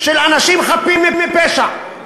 באנשים חפים מפשע.